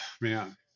man